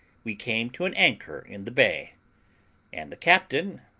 we came to an anchor in the bay and the captain,